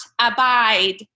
abide